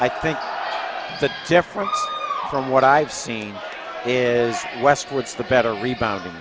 i think the difference from what i've seen is westwards the better rebound